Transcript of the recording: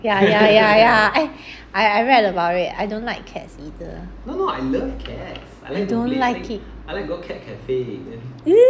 yeah yeah yeah yeah I I I read about it I don't like cats either I don't like it